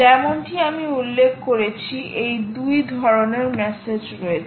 যেমনটি আমি উল্লেখ করেছি এই 2 ধরণের মেসেজ রয়েছে